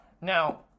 Now